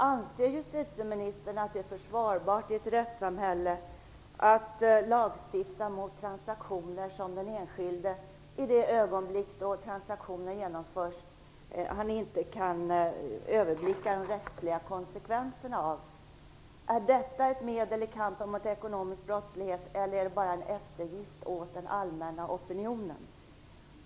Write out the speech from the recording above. Anser justitieministern att det är försvarbart att i ett rättsamhälle lagstifta mot transaktioner som den enskilde i det ögonblick då transaktionen genomförs inte kan överblicka de rättsliga konsekvenserna av? Är detta ett medel i kampen mot ekonomisk brottslighet eller är det bara en eftergift åt den allmänna opinionen?